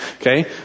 Okay